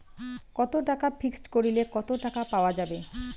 কত টাকা ফিক্সড করিলে কত টাকা পাওয়া যাবে?